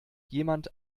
jemand